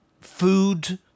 Food